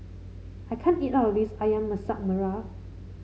I can't eat all of this ayam Masak Merah